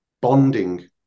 bonding